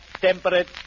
temperate